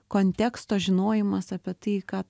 konteksto žinojimas apie tai ką